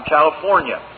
California